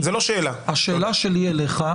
השאלה שלי אליך,